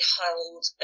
hold